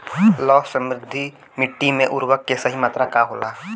लौह समृद्ध मिट्टी में उर्वरक के सही मात्रा का होला?